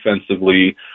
offensively